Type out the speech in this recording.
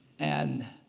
and